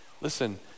listen